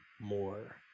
more